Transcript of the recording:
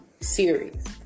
series